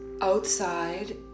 outside